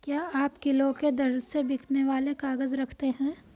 क्या आप किलो के दर से बिकने वाले काग़ज़ रखते हैं?